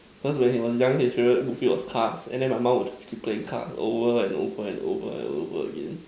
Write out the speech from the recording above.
cause when he was young his favorite movie was cars then my mom will keep playing car over and over and over and over again